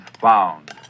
found